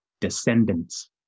descendants